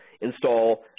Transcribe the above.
install